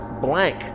blank